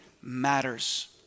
matters